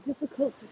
difficult